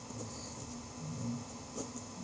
mm